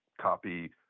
copy